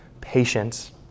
patience